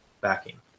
backing